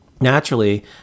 Naturally